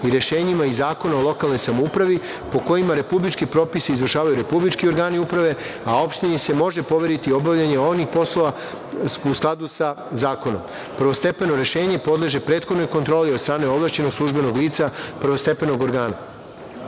i rešenjima iz Zakona o lokalnoj samoupravi po kojima republički propisi izvršavaju republički organi uprave, a opštini se može poveriti obavljanje onih poslova u skladu sa zakonom. Prvostepeno rešenje podleže prethodnoj kontroli od strane ovlašćenog službenog lica prvostepenog organa. Članom